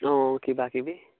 অঁ কিবা কিবি